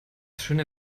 schöne